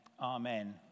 Amen